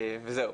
זהו.